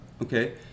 Okay